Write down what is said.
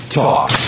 talk